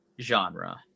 genre